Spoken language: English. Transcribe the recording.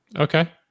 Okay